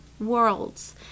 worlds